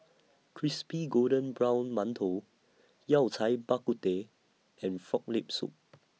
Crispy Golden Brown mantou Yao Cai Bak Kut Teh and Frog Leg Soup